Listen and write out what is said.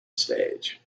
stage